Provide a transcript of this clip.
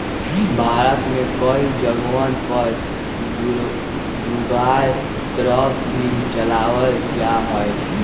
भारत में कई जगहवन पर जुगाड़ ट्रक भी चलावल जाहई